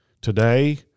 Today